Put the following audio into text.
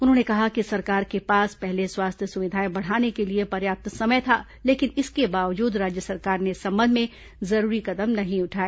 उन्होंने कहा कि सरकार के पास पहले स्वास्थ्य सुविधाएं बढ़ाने के लिए पर्याप्त समय था लेकिन इसके बावजूद राज्य सरकार ने इस संबंध में जरूरी कदम नहीं उठाए